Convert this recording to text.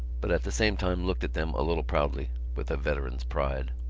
but at the same time looked at them a little proudly, with a veteran's pride.